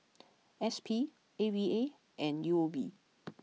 S P A V A and U O B